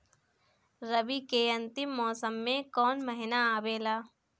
रवी के अंतिम मौसम में कौन महीना आवेला?